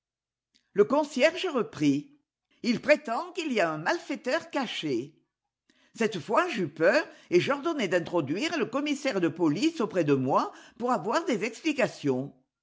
le concierge reprit il prétend qu'il y a un malfaiteur caché cette fois j'eus peur et j'ordonnai d'introduire le commissaire de police auprès de moi pour avoir des explications